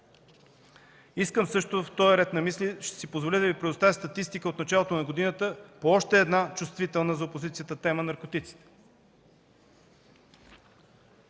вот. В този ред на мисли ще си позволя да Ви предоставя статистика от началото на годината по още една, чувствителна за опозицията тема – наркотиците: